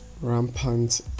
rampant